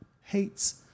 hates